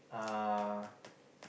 uh